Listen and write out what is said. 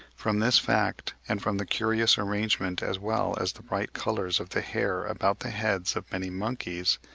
from this fact and from the curious arrangement, as well as the bright colours of the hair about the heads of many monkeys,